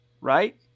Right